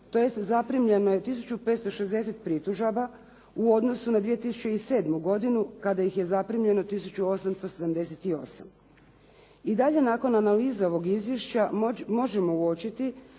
tj. zaprimljeno je 1560 pritužaba u odnosu na 2007. godinu kada ih je zaprimljeno 1878. I dalje nakon analize ovog izvješća možemo uočiti